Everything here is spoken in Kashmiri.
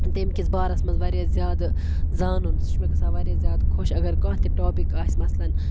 تَمہِ کِس بارَس منٛز واریاہ زیادٕ زانُن سُہ چھُ مےٚ گژھان واریاہ زیادٕ خۄش اگر کانٛہہ تہِ ٹاپِک آسہِ مثلن